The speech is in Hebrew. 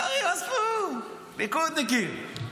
עזבו, ליכודניקים,